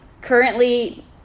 currently